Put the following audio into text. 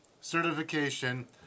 certification